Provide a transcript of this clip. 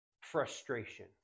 frustration